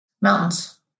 Mountains